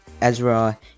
Ezra